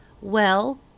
well